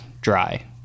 dry